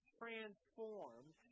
transformed